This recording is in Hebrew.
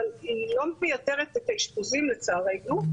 אבל היא לא מייתרת את האשפוזים לצערנו.